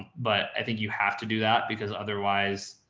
but i think you have to do that because otherwise,